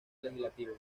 legislativo